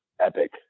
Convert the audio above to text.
epic